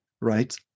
right